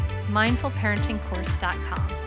MindfulParentingCourse.com